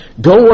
Go